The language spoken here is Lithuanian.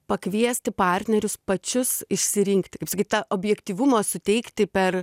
pakviesti partnerius pačius išsirinkti kaip sakyt tą objektyvumo suteikti per